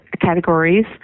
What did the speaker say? categories